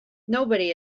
nobody